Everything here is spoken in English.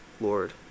Lord